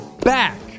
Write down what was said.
back